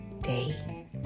day